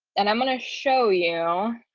and i'm going to show you